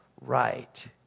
right